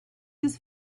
his